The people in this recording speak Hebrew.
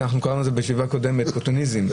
קראנו לזה בישיבה הקודמת "פוטיניזם",